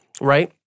Right